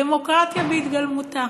דמוקרטיה בהתגלמותה.